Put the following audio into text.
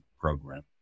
program